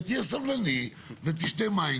ותהיה סבלני ותשתה מים,